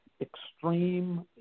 extreme